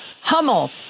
Hummel